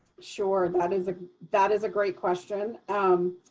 sure. that is ah that is a great question. um